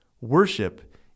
Worship